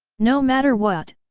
no matter what,